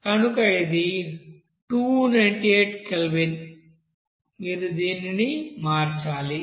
కనుక ఇది 298 కెల్విన్ మీరు దానిని మార్చాలి